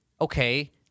okay